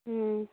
ꯎꯝ